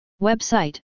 Website